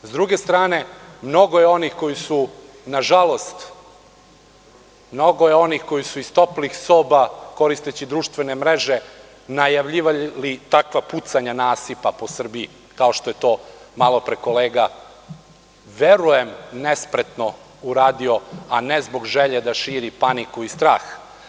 S druge strane, mnogo je onih koji su, nažalost, iz toplih soba, koristeći društvene mreže, najavljivali takva pucanja nasipa po Srbiji, kao što je to malopre kolega, verujem, nespretno uradio, a ne zbog želje da širi paniku i strah.